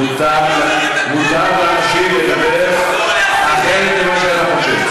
מותר לאנשים לדבר אחרת ממה שאתה חושב.